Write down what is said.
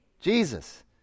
Jesus